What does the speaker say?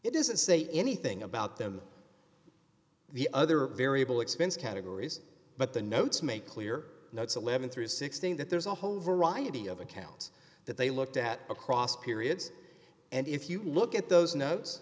it doesn't say anything about them the other variable expense categories but the notes make clear notes eleven through sixteen that there's a whole variety of accounts that they looked at across periods and if you look at those no